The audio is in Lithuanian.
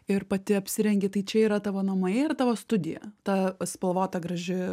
ir pati apsirengi tai čia yra tavo namai ar tavo studija ta spalvota graži